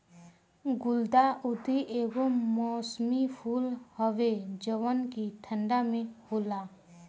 गुलदाउदी एगो मौसमी फूल हवे जवन की ठंडा में होला